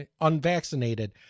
unvaccinated